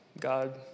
God